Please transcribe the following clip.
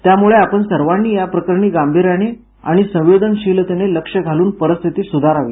त्यामुळे आपण सर्वांनी याप्रकरणी गांभीर्याने आणि संवेदनशीलतेने लक्ष घालून परिस्थिती सुधारावी